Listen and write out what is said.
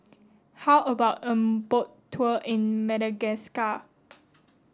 how about a boat tour in Madagascar